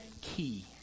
key